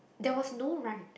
there was no rind